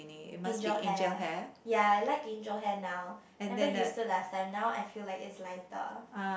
angel hair ya I like angel hair now never used to last time now I feel like it's lighter